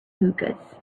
hookahs